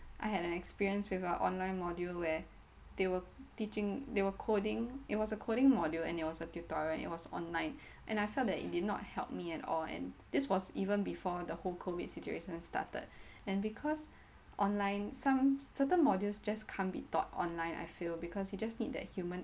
I had an experience with our online module where they were teaching they were coding it was a coding module and it was a tutorial and it was online and I felt that it did not help me at all and this was even before the whole COVID situation started and because online some certain modules just can't be taught online I feel because we just need that human